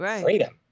Freedom